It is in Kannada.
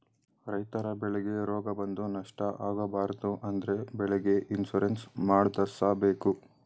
ರೈತರ ಬೆಳೆಗೆ ರೋಗ ಬಂದು ನಷ್ಟ ಆಗಬಾರದು ಅಂದ್ರೆ ಬೆಳೆಗೆ ಇನ್ಸೂರೆನ್ಸ್ ಮಾಡ್ದಸ್ಸಬೇಕು